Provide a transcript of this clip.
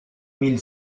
mille